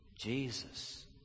Jesus